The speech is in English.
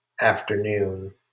afternoon